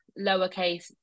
lowercase